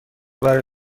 برای